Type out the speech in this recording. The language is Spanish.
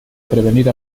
prevenir